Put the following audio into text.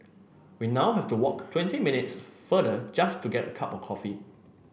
we now have to walk twenty minutes farther just to get a cup of coffee